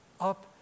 up